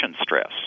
stress